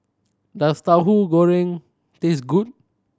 does Tauhu Goreng taste good